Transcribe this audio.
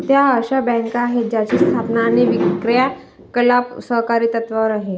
त्या अशा बँका आहेत ज्यांची स्थापना आणि क्रियाकलाप सहकारी तत्त्वावर आहेत